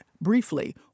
briefly